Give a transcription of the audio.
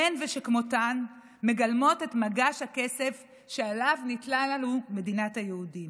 הן ושכמותן מגלמות את מגש הכסף שעליו ניתנה לנו מדינת היהודים.